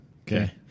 Okay